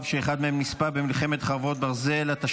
שאחד מהם נספה במלחמת חרבות ברזל (תיקוני חקיקה),